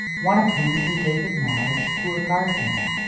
one of whom he gave in marriage to a gardener,